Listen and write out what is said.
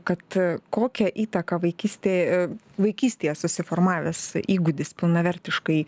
kad kokią įtaką vaikystėj vaikystėje susiformavęs įgūdis pilnavertiškai